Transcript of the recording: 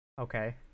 Okay